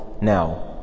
Now